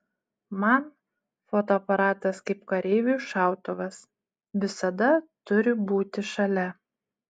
man fotoaparatas kaip kareiviui šautuvas visada turi būti šalia